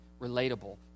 relatable